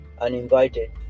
uninvited